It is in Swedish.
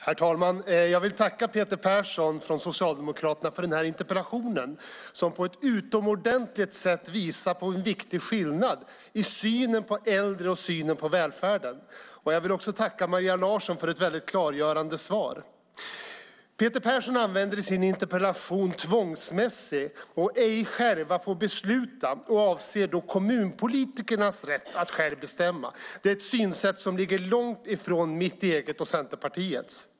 Herr talman! Jag vill tacka Peter Persson från Socialdemokraterna för interpellationen, som på ett utomordentligt sätt visar på en viktig skillnad i synen på äldre och synen på välfärden. Jag vill också tacka Maria Larsson för ett klargörande svar. Peter Persson använder i sin interpellation orden tvångsmässig och att man ej själv får besluta. Han avser då kommunpolitikernas rätt att själva bestämma. Det är ett synsätt som ligger långt från mitt eget och Centerpartiets.